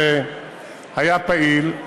שהיה פעיל,